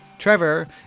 Trevor